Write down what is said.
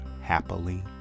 happily